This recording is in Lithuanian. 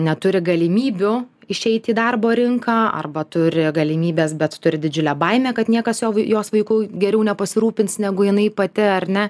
neturi galimybių išeiti į darbo rinką arba turi galimybes bet turi didžiulę baimę kad niekas jos vaiku geriau nepasirūpins negu jinai pati ar ne